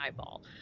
eyeball